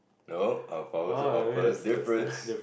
no our powers our powers difference